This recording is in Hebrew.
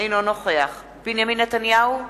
אינו נוכח בנימין נתניהו,